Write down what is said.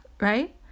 right